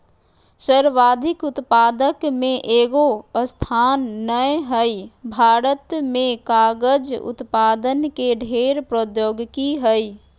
सर्वाधिक उत्पादक में एगो स्थान नय हइ, भारत में कागज उत्पादन के ढेर प्रौद्योगिकी हइ